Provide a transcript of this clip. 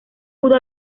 pudo